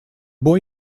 boy